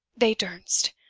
they durs'n't!